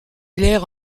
euler